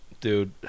dude